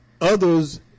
others